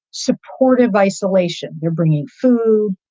supportive isolation. they're bringing food.